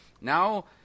Now